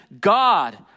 God